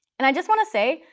and i just want to say,